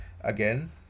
again